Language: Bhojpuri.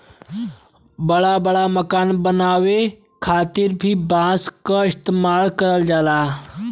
बड़ा बड़ा मकान बनावे खातिर भी बांस क इस्तेमाल करल जाला